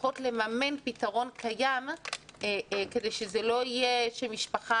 לפחות לממן פתרון קיים כדי שזה לא יהיה שמשפחה